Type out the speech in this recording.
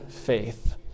faith